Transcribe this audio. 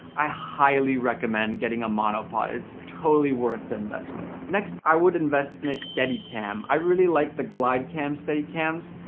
i highly recommend getting a monopod it's totally worth the investment. next i would invest in a steadicam. i really like the glidecam steadicams,